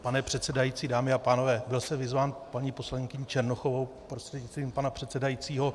Pane předsedající, dámy a pánové, byl jsem vyzván paní poslankyní Černochovou prostřednictvím pana předsedajícího.